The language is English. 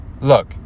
Look